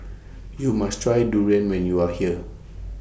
YOU must Try Durian when YOU Are here